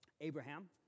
Abraham